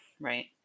right